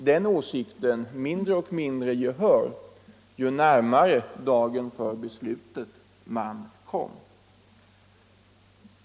Den åsikten vann mindre och mindre gehör ju närmare dagen för beslutet man kom.